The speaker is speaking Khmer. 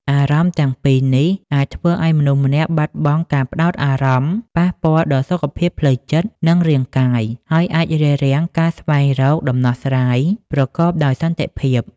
អារម្មណ៍ទាំងពីរនេះអាចធ្វើឲ្យមនុស្សម្នាក់បាត់បង់ការផ្ដោតអារម្មណ៍ ប៉ះពាល់ដល់សុខភាពផ្លូវចិត្ត និងរាងកាយ ហើយអាចរារាំងការស្វែងរកដំណោះស្រាយប្រកបដោយសន្តិភាព។